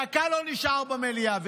דקה לא נשאר במליאה.